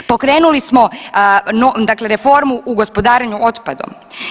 Pokrenuli smo dakle reformu u gospodarenju otpadom.